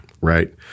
right